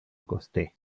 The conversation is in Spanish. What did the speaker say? acosté